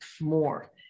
more